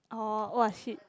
orh !wah! shit